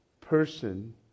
person